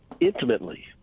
Intimately